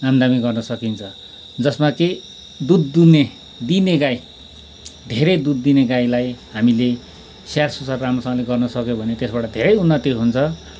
आमदामी गर्न सकिन्छ जसमा कि दुध दुहुने दिने गाई धेरै दुध दिने गाईलाई हामीले स्याहार सुसार राम्रोसँगले गर्नसक्यो भने त्यसबाट धेरै उन्नति हुन्छ